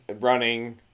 running